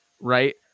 right